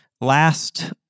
last